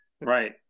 Right